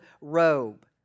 robe